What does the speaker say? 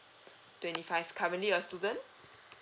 twenty five currently you're a student